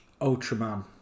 Ultraman